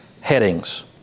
headings